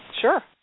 sure